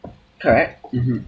correct mmhmm